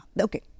Okay